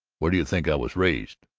where do you think i was raised?